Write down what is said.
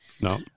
No